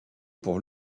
pour